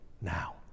now